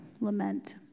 lament